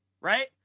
right